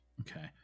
Okay